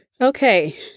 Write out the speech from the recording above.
Okay